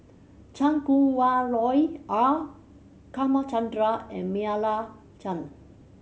Chan Kum Wah Roy R and Meira Chand